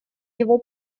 его